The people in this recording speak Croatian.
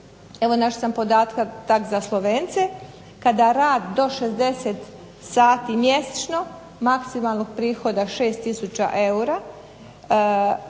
Evo našla sam podatak za Slovence, kada rad do 60 sati mjesečno maksimalnog prihoda 6 tisuća